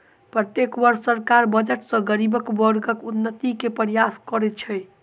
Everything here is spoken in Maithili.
प्रत्येक वर्ष सरकार बजट सॅ गरीब वर्गक उन्नति के प्रयास करैत अछि